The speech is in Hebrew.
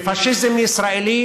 ופאשיזם ישראלי